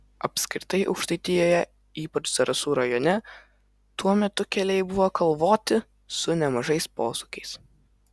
apskritai aukštaitijoje ypač zarasų rajone tuo metu keliai buvo kalvoti su nemažais posūkiais